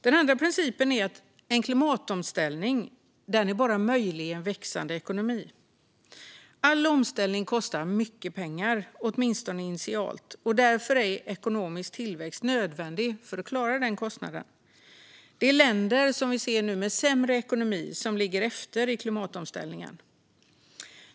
Den andra principen gäller att en klimatomställning bara är möjlig i en växande ekonomi. All omställning kostar mycket pengar, åtminstone initialt. Därför är ekonomisk tillväxt nödvändig för att klara den kostnaden. Vi ser nu att det är länder med sämre ekonomi som ligger efter i klimatomställningen.